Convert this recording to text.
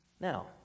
Now